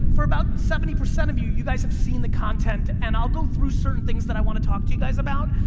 for about seventy percent of you, you guys have seen the content and i'll go through certain things that i want to talk to you guys about,